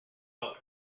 colour